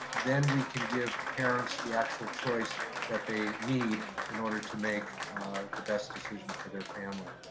then we can give parents the actual choice that they need in order to make the best decision for their family.